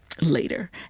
later